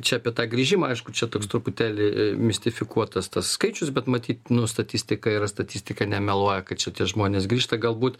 čia apie tą grįžimą aišku čia toks truputėlį mistifikuotas tas skaičius bet matyt nu statistika yra statistika nemeluoja kad šitie žmonės grįžta galbūt